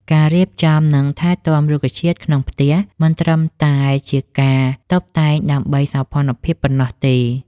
ការរៀបចំ និងថែទាំរុក្ខជាតិក្នុងផ្ទះមិនត្រឹមតែជាការតុបតែងដើម្បីសោភ័ណភាពប៉ុណ្ណោះទេ